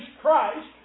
Christ